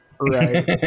Right